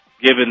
given